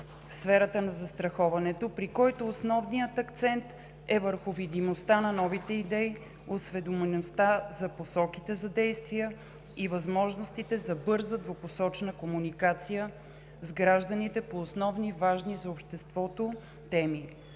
в сферата на застраховането, при който основният акцент е върху видимостта на новите идеи, осведомеността за посоките за действия и възможностите за бърза двупосочна комуникация с гражданите по основни, важни за обществото теми.